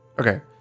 Okay